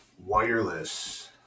wireless